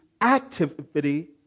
activity